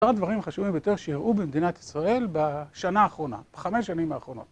כמה דברים חשובים ביותר שהראו במדינת ישראל בשנה האחרונה, בחמש שנים האחרונות